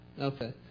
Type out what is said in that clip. okay